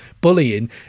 bullying